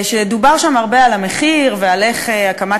ודובר שם הרבה על המחיר ועל איך הקמת